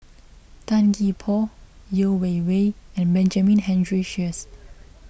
Tan Gee Paw Yeo Wei Wei and Benjamin Henry Sheares